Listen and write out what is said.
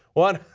one,